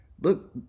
look